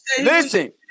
Listen